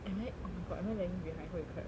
am I oh my god am I lagging behind holy crap